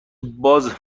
باز